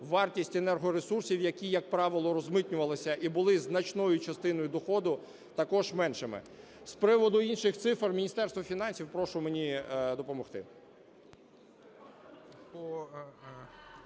вартість енергоресурсів, які як правило розмитнювались і були значною частиною доходу, також меншими. З приводу інших цифр, Міністерство фінансів, прошу мені допомогти.